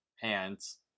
pants